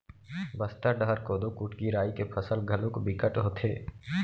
बस्तर डहर कोदो, कुटकी, राई के फसल घलोक बिकट होथे